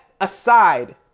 aside